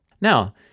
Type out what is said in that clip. Now